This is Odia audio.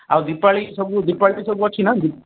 ଆଉ ଦୀପାଳି ସବୁ ଦୀପାଳି ସବୁ ଅଛି ନା